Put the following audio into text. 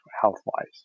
health-wise